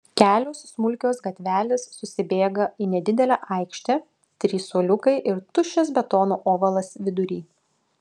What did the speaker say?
kelios smulkios gatvelės susibėga į nedidelę aikštę trys suoliukai ir tuščias betono ovalas vidury